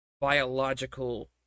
biological